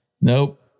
Nope